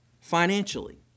financially